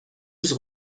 douze